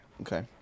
Okay